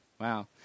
Wow